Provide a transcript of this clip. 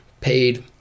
paid